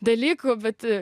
dalykų bet